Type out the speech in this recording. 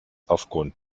aufgrund